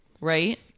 right